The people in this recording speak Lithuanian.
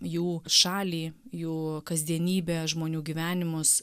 jų šalį jų kasdienybę žmonių gyvenimus